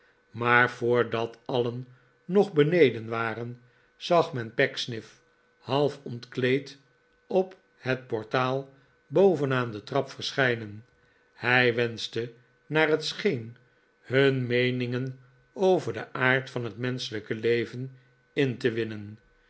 maar voordat alien nog beneden waren zag men pecksniff half ontkleed op het portaal boven aan de trap verschijnen hij wenschte naar het scheen hun meeningen over den aard van het menschelijke leven in te winnen